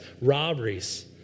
robberies